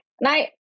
Night